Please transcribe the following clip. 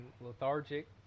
lethargic